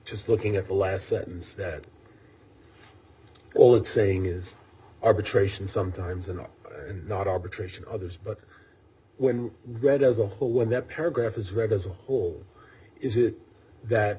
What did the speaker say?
just looking at the last sentence that all it's saying is arbitration sometimes and not arbitration others but when you read as a whole when that paragraph is read as a whole is it that